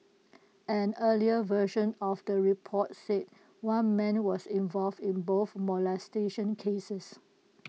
an earlier version of the report said one man was involved in both molestation cases